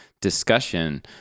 discussion